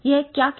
यह क्या किया